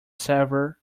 server